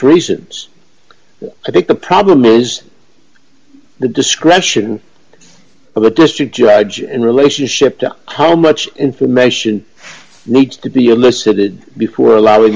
reasons i think the problem is the discretion of the district judge in relationship to how much information needs to be elicited before allowing